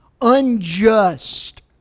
unjust